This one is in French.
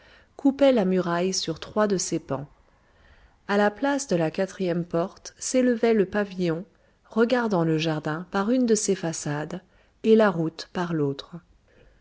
coupaient la muraille sur trois de ses pans à la place de la quatrième porte s'élevait le pavillon regardant le jardin par une de ses façades et la route par l'autre